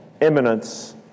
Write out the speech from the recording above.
eminence